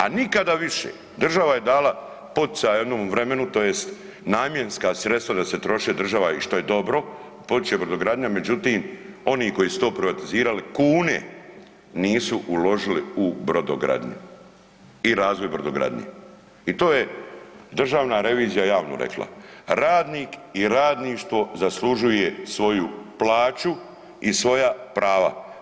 A nikada više država je dala poticaja jednome vremenu tj. namjenska sredstva da se troše država i što je dobro … [[Govornik se ne razumije]] brodogradnja, međutim oni koji su to privatizirali kune nisu uložili u brodogradnju i razvoj brodogradnje i to je državna revizija javno rekla, radnik i radništvo zaslužuje svoju plaću i svoja prava.